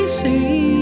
see